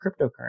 cryptocurrency